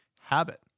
habit